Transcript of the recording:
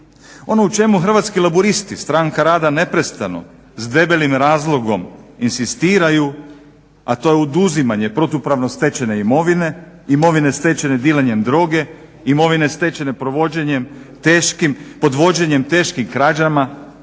Ono u čemu Hrvatski laburisti – Stranka rada neprestano s debelim razlogom inzistiraju, a to je oduzimanje protupravno stečene imovine, imovine stečene dilanjem droge, imovine stečene provođenjem teškim